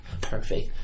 Perfect